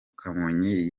kamonyi